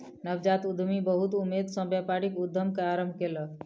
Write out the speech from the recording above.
नवजात उद्यमी बहुत उमेद सॅ व्यापारिक उद्यम के आरम्भ कयलक